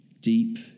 deep